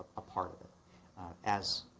a part, and as